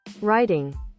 writing